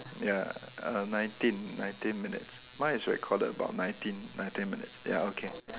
ya uh nineteen nineteen minutes mine is recorded about nineteen nineteen minutes ya okay